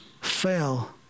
fell